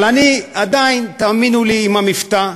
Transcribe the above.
אבל אני עדיין, תאמינו לי, עם המבטא,